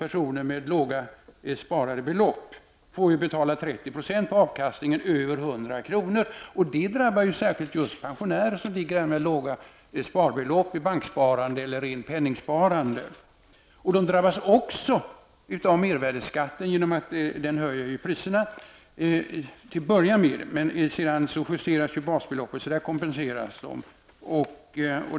Personer med låga sparbelopp får ju betala 30 % på avkastningen över 100 kr., och det drabbar särskilt just pensionärer, som ligger med låga sparbelopp i banksparande eller rent penningsparande. De drabbas till att börja med också av mervärdeskatten genom att den höjer priserna, men sedan justeras ju basbeloppet, så att där kompenseras de.